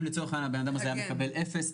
אם לצורך העניין האדם הזה היה מקבל אפס,